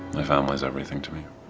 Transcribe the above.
my family is everything to me.